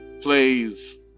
plays